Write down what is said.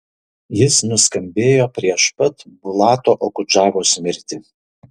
jis nuskambėjo prieš pat bulato okudžavos mirtį